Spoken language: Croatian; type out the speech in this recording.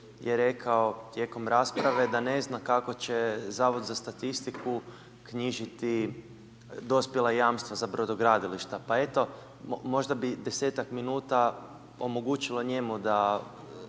je rekao tijekom rasprave da ne zna kako će Zavod za statistiku knjižiti dospjela jamstva za brodogradilišta. Pa eto možda bi 10-ak minuta omogućilo njemu da